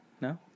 No